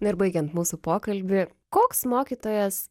ir baigiant mūsų pokalbį koks mokytojas